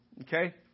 okay